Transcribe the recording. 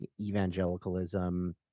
evangelicalism